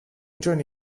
giorni